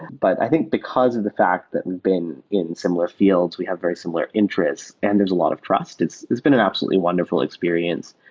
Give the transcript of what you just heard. but i think because of the fact that we've been in similar fields, we have very similar interests and there's a lot of trust, it's been and absolutely wonderful experience.